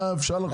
אפשר לחשוב.